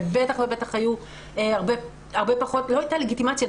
בטח ובטח היו הרבה פחות לא הייתה לגיטימציה.